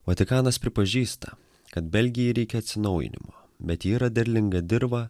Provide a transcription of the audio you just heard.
vatikanas pripažįsta kad belgijai reikia atsinaujinimo bet ji yra derlinga dirva